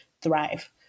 thrive